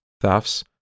thefts